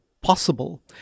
possible